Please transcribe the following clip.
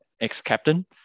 ex-captain